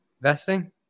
vesting